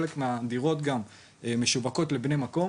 חלק מהדירות גם משווקות לבני המקום